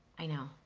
i know,